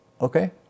Okay